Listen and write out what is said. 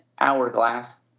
hourglass